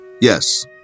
Yes